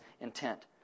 intent